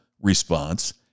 response